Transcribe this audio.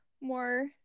more